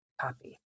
copy